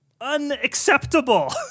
unacceptable